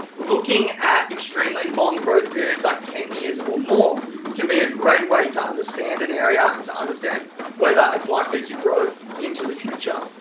looking at extremely long growth periods like ten years or more can be a great way to understand an area, and to understand whether it's likely to grow into the future.